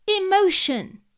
emotion